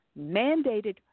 mandated